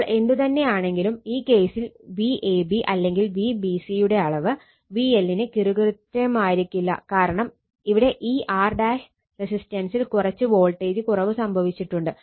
അപ്പോൾ എന്തുതന്നെയാണെങ്കിലും ഈ കേസിൽ Vab അല്ലെങ്കിൽ Vbc യുടെ അളവ് VL ന് കിറുകൃത്യമായിരിക്കില്ല കാരണം ഇവിടെ ഈ R റസിസ്റ്റൻസിൽ കുറച്ച് വോൾട്ടേജ് കുറവ് സംഭവിച്ചിട്ടുണ്ട്